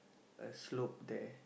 a slope there